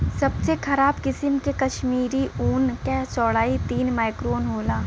सबसे खराब किसिम के कश्मीरी ऊन क चौड़ाई तीस माइक्रोन होला